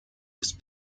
was